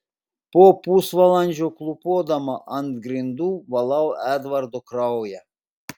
po pusvalandžio klūpodama ant grindų valau edvardo kraują